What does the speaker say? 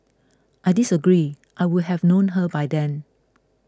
I disagree I would have known her by then